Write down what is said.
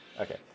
okay